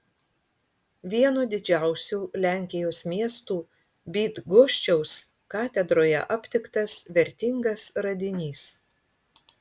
vieno didžiausių lenkijos miestų bydgoščiaus katedroje aptiktas vertingas radinys